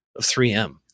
3M